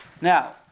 Now